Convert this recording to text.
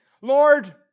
Lord